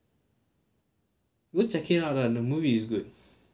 go check it out lah the movie is good